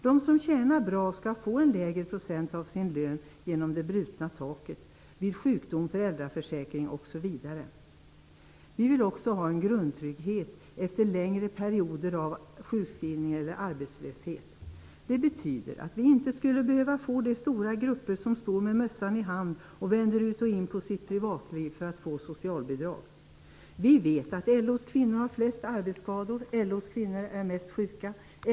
De som tjänar bra skall få en lägre procent av sin lön genom det brutna taket vid sjukdom, föräldraförsäkring osv. Vi vill också att det skall finnas en grundtrygghet efter längre perioder av sjukskrivning eller arbetslöshet. Det betyder att vi inte skulle behöva få stora grupper som står med mössan i handen och vänder ut och in på sitt privatliv för att få socialbidrag. Vi vet att LO:s kvinnor har flest arbetsskador. LO:s kvinnor är mest sjuka.